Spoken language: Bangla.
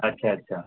আচ্ছা আচ্ছা